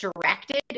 directed